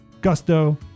Gusto